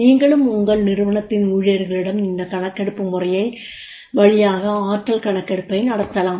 நீங்களும் உங்கள் நிறுவனத்தின் ஊழியர்களிடம் இந்த கணக்கெடுப்பு முறை வழியாக ஆற்றல் கணக்கெடுப்பை நடத்தலாம்